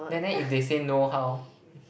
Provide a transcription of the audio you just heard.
then that if they say know how